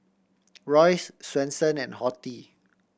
Royce Swensen and Horti